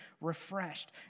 refreshed